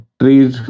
trees